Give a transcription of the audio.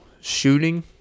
shooting